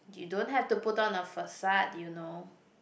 you don't have to put on a facade you know